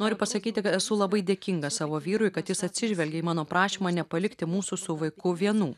noriu pasakyti esu labai dėkinga savo vyrui kad jis atsižvelgė į mano prašymą nepalikti mūsų su vaiku vienų